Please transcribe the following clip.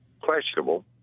questionable